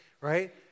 Right